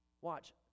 Watch